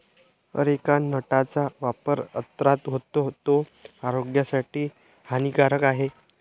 areca नटचा वापर अन्नात होतो, तो आरोग्यासाठी हानिकारक आहे